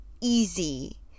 easy